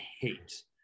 hate